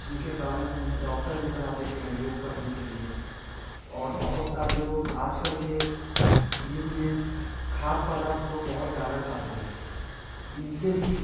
जिनके कारण उन्हें डॉक्टर भी सलाह देते हैं योग करने के लिए और बहुत सारे लोग आजकल के युग में खाद पदार्थ लोग बहुत ज़्यादा खाते हैं इनसे भी